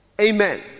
Amen